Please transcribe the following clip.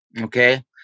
okay